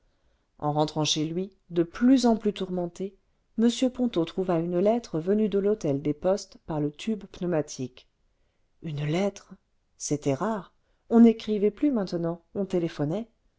en rentrant chez lui de plus en plus tourmenté m ponto trouva une lettre venue de l'hôtel des postes par le tube pneumatique une lettre c'était rare on n'écrivait plus maintenant on téléphonait